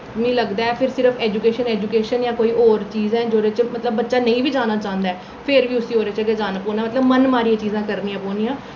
मी लगदा ऐ कि सिर्फ ऐजूकेशन ऐजूकेशन जां होर चीज ऐ जोह्दे च मतलब बच्चा नेईं बी जाना चांह्दा ऐ फेिर बी उसी ओह्दे च गै जाना पौना मतलब मन मारियै चीजां करनियां पौनियां